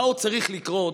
מה עוד צריך לקרות?